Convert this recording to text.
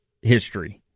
history